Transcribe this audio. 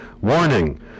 Warning